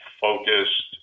focused